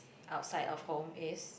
outside of home is